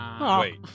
Wait